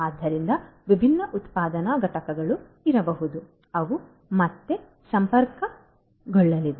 ಆದ್ದರಿಂದ ವಿಭಿನ್ನ ಉತ್ಪಾದನಾ ಘಟಕಗಳು ಇರಬಹುದು ಅವು ಮತ್ತೆ ಸಂಪರ್ಕಗೊಳ್ಳಲಿದೆ